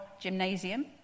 Gymnasium